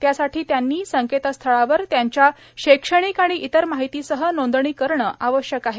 यासाठी त्यांनी संकेतस्थळावर त्यांच्या शैक्षणिक आणि इतर माहितीसह नोंदणी करणे आवश्यक आहे